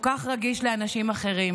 כל כך רגיש לאנשים אחרים,